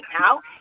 now